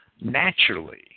naturally